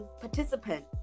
participant